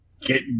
Get